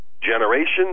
generation